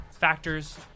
factors